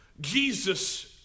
Jesus